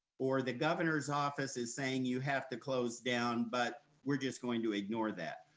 or the governor's office is saying you have to close down, but we're just going to ignore that.